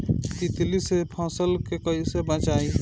तितली से फसल के कइसे बचाई?